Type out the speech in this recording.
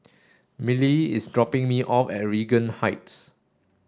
Millie is dropping me off at Regent Heights